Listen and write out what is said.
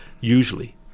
usually